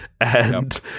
and-